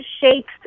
shakes